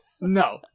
no